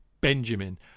Benjamin